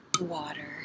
water